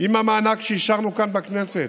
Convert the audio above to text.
עם המענק שאישרנו כאן בכנסת,